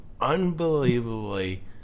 unbelievably